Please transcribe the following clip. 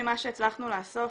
ממה שהצלחנו לאסוף,